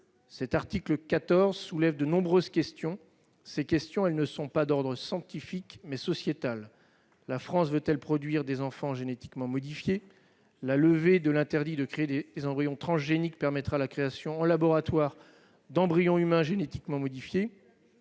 article soulève de nombreuses questions, qui sont d'ordre non pas scientifique, mais sociétal. La France veut-elle produire des enfants génétiquement modifiés ? La levée de l'interdit de créer des embryons transgéniques permettra la création en laboratoire d'embryons humains génétiquement modifiés.